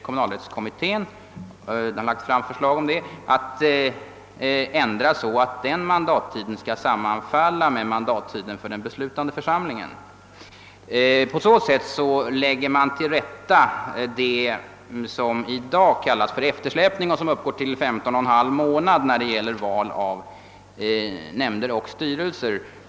Kommunalrättskommittén har lagt fram förslag om att ändra mandattiden för nämnder och styrelser så, att den skall sammanfalla med mandattiden för den besiutande församlingen. På så sätt tillrättalägger man vad som kallas eftersläpning och som uppgår till femton och en halv månad när det gäller val till nämnder och styrelser.